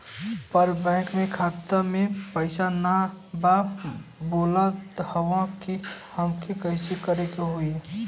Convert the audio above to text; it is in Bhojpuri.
पर बैंक मे खाता मे पयीसा ना बा बोलत हउँव तब हमके का करे के होहीं?